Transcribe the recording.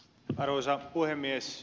arvoisa puhemies